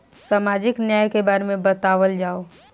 सामाजिक न्याय के बारे में बतावल जाव?